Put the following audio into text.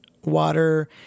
Water